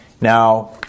Now